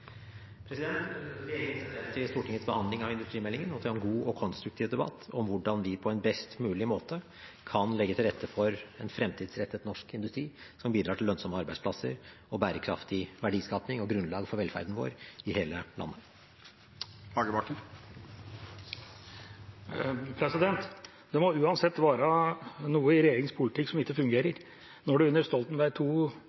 Regjeringen ser frem til Stortingets behandling av industrimeldingen og til en god og konstruktiv debatt om hvordan vi på en best mulig måte kan legge til rette for en fremtidsrettet norsk industri som bidrar til lønnsomme arbeidsplasser og bærekraftig verdiskaping og grunnlag for velferden vår i hele landet. Det må uansett være noe i regjeringas politikk som ikke fungerer